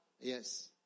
Yes